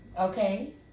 okay